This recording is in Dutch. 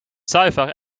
zuiver